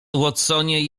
watsonie